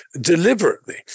deliberately